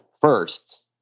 first